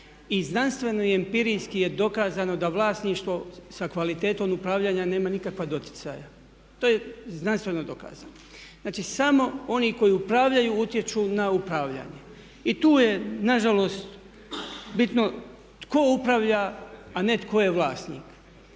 znanstveno i empirijski je dokazano da vlasništvo sa kvalitetom upravljanja nema nikakva doticaja, to je znanstveno dokazano. Znači samo oni koji upravljaju utječu na upravljanje i tu je na žalost bitno tko upravlja, a ne tko je vlasnik.